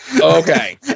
Okay